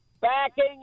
backing